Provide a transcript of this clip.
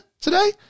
today